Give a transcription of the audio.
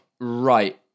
right